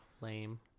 lame